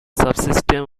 subsystem